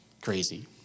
crazy